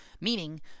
Meaning